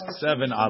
seven